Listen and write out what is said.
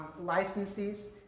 licenses